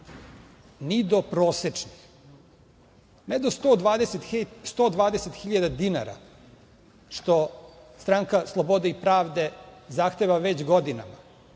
ni do prosečnih. Ni do 120.000 dinara, što Stranka slobode i pravde zahteva već godinama